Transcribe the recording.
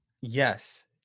Yes